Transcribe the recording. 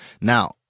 Now